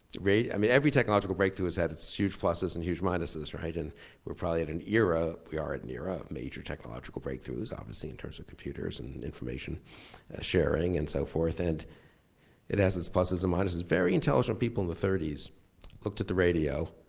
i mean every technological breakthrough has had its huge pluses and huge minuses, right? and we're probably at an era, we are an era, of major technological breakthroughs obviously in terms of computers and information sharing and so forth and it has its pluses and minuses. very intelligent people in the thirty s looked at the radio,